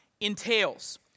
entails